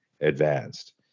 advanced